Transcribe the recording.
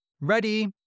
Ready